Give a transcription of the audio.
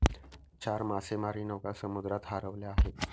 चार मासेमारी नौका समुद्रात हरवल्या आहेत